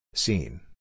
Seen